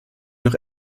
noch